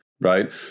right